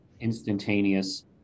instantaneous